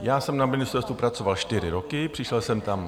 Já jsem na ministerstvu pracoval čtyři roky, přišel jsem tam...